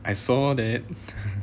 I saw that